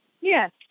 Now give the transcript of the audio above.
Yes